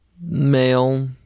male